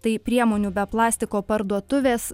tai priemonių be plastiko parduotuvės